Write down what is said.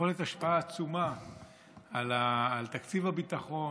יכולת השפעה עצומה על תקציב הביטחון,